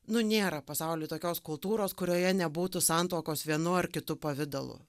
nu nėra pasauly tokios kultūros kurioje nebūtų santuokos vienu ar kitu pavidalu